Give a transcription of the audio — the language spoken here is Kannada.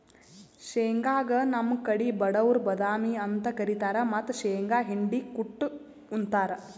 ಶೇಂಗಾಗ್ ನಮ್ ಕಡಿ ಬಡವ್ರ್ ಬಾದಾಮಿ ಅಂತ್ ಕರಿತಾರ್ ಮತ್ತ್ ಶೇಂಗಾ ಹಿಂಡಿ ಕುಟ್ಟ್ ಉಂತಾರ್